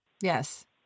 Yes